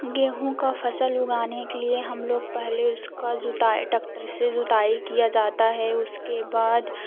गेहूँ का फसल उगाने के लिए हम लोग पहले उसका जुताई टक्टर से जुताई किया जाता है उसके बाद